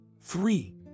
Three